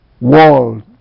world